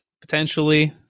potentially